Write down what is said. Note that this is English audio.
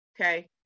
Okay